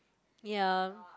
ya